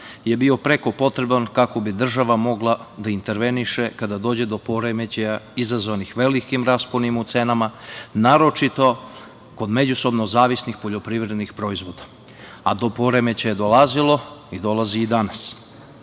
je bio preko potreban kako bi država mogla da interveniše kad dođe do poremećaja izazvanih velikim rasponima u cenama, naročito kod međusobno zavisnih poljoprivrednih proizvoda, a do poremećaja je dolazilo i dolazi i danas.